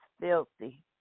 filthy